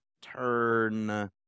turn